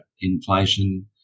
inflation